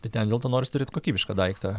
tai ten dėl to noris turėt kokybišką daiktą